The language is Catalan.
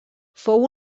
fou